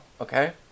okay